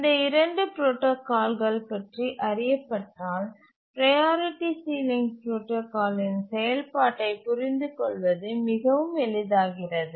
இந்த இரண்டு புரோடாகால்கள் பற்றி அறியப்பட்டால் ப்ரையாரிட்டி சீலிங் புரோடாகாலின் செயல்பாட்டைப் புரிந்துகொள்வது மிகவும் எளிதாகிவிடும்